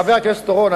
חבר הכנסת אורון,